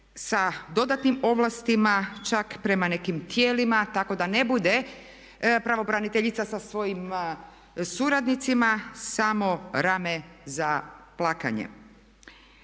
sa dodatnim ovlastima čak prema nekim tijelima tako da ne bude pravobraniteljica sa svojim suradnicima samo rame za plakanje.